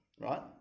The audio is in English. Right